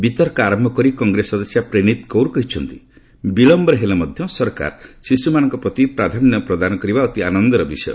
ବିତର୍କ ଆରମ୍ଭ କରି କଂଗ୍ରେସ ସଦସ୍ୟା ପ୍ରେନୀତ କୌର କହିଛନ୍ତି ବିଳୟରେ ହେଲେ ମଧ୍ୟ ସରକାର ଶିଶୁମାନଙ୍କ ପ୍ରତି ପ୍ରାଧାନ୍ୟ ପ୍ରଦାନ କରିବା ଅତି ଆନନ୍ଦର ବିଷୟ